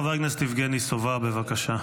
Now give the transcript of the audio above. חבר הכנסת יבגני סובה, בבקשה.